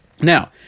Now